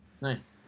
Nice